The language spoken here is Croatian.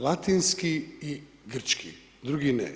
Latinski i grčki, drugi ne.